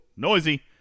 Noisy